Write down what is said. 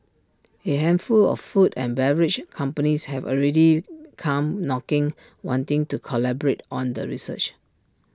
A handful of food and beverage companies have already come knocking wanting to collaborate on the research